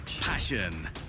passion